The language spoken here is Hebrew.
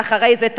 ואחרי זה,